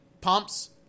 Pumps